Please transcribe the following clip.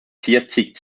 vierzig